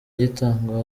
gitangwa